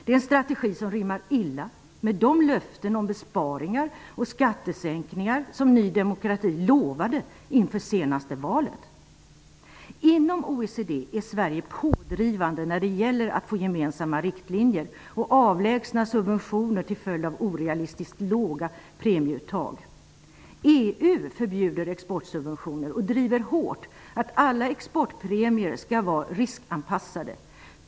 Det är en strategi som rimmar illa med de löften om besparingar och skattesänkningar som Inom OECD är Sverige pådrivande när det gäller att få till stånd gemensamma riktlinjer och att avlägsna subventioner till följd av orealistiskt låga premieuttag. EU förbjuder exportsubventioner och driver hårt att alla exportpremier skall vara riskanpassade.